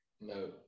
No